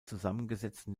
zusammengesetzten